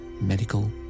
medical